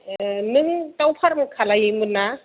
ए नों दाव फार्म खालायोमोन ना